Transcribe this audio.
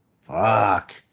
fuck